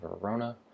verona